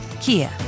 Kia